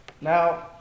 Now